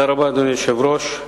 אדוני היושב-ראש,